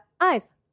Eyes